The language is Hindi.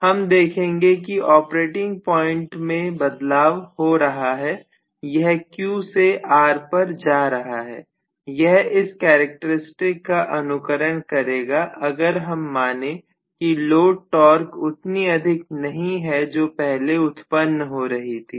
हम देखेंगे कि ऑपरेटिंग प्वाइंट में बदलाव हो रहा है यह Q से R पर जा रहा है यह इस करैक्टरस्टिक का अनुकरण करेगा अगर हम माने कि लोड टॉर्क उतनी अधिक नहीं है जो पहले उत्पन्न हो रही थी